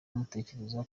mutekereza